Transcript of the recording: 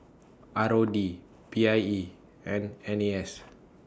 R O D P I E and N A S